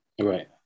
right